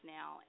now